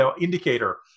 indicator